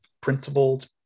principled